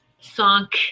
sunk